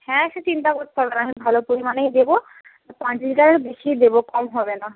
হ্যাঁ সে চিন্তা করতে হবে না আমি ভালো পরিমাণেই দেবো কোয়ান্টিটিটা আরও বেশিই দেবো কম হবে না